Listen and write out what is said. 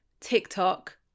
TikTok